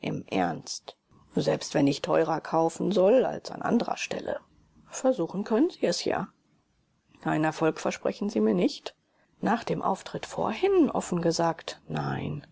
im ernst selbst wenn ich teurer kaufen soll als an anderer stelle versuchen können sie es ja einen erfolg versprechen sie mir nicht nach dem auftritt vorhin offen gesagt nein